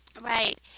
right